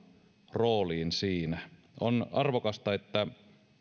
rooliin siinä on arvokasta että